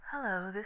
Hello